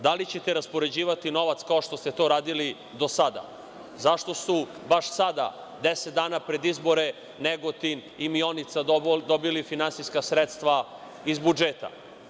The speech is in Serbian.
Da li ćete raspoređivati novac kao što ste to radili do sada, zašto su, baš sada deset dana pred izbore Negotin i Mijonica dobili finansijska sredstva iz budžeta?